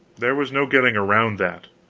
there was no getting around that.